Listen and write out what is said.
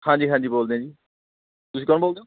ਹਾਂਜੀ ਹਾਂਜੀ ਬੋਲਦੇ ਹਾਂ ਜੀ ਤੁਸੀਂ ਕੌਣ ਬੋਲਦੇ ਹੋ